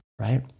Right